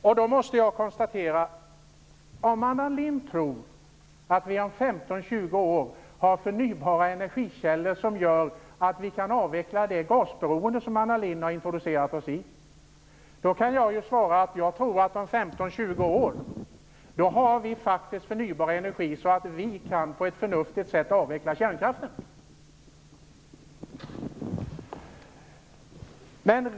Om Anna Lindh tror att vi om 15-20 år har förnybara energikällor som gör att vi kan avveckla det gasberoende som Anna Lindh har introducerat oss i, kan jag svara att jag tror att vi om 15-20 år faktiskt har förnybar energi så att vi på ett förnuftigt sätt kan avveckla kärnkraften.